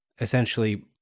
essentially